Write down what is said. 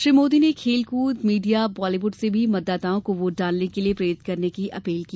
श्री मोदी ने खेलकृद मीडिया और बॉलीवुड से भी मतदाताओं को वोट डालने के लिए प्रेरित करने की अपील की